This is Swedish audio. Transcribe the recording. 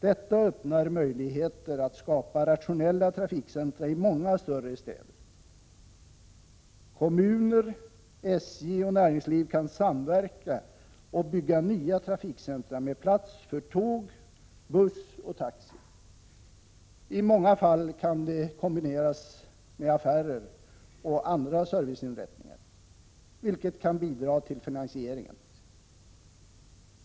Detta öppnar möjligheter att skapa rationella trafikcentra i många större städer. Kommuner, SJ och näringsliv kan samverka och bygga nya trafikcentra med plats för tåg, buss och taxi. I många fall kan de kombineras med affärer och andra serviceinrättningar, vilket kan bidra till finansieringen.